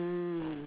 mm